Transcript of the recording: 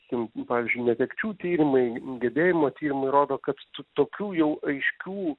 kykim pavyzdžiui netekčių tyrimai gedėjimo tyrimai rodo kad tų tokių jau aiškių